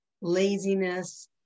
laziness